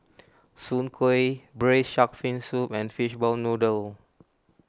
Soon Kway Braised Shark Fin Soup and Fishball Noodle